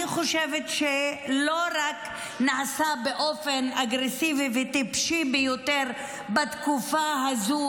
אני חושבת שזה לא רק נעשה באופן אגרסיבי וטיפשי ביותר בתקופה הזו,